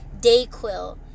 Dayquil